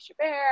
Chabert